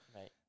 Right